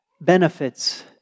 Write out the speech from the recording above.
benefits